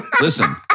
Listen